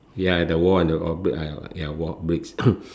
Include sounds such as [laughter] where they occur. ya the wall and the ya wall bricks [coughs]